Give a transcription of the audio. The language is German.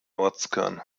ortskern